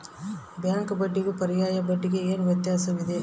Bank ಬಡ್ಡಿಗೂ ಪರ್ಯಾಯ ಬಡ್ಡಿಗೆ ಏನು ವ್ಯತ್ಯಾಸವಿದೆ?